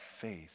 faith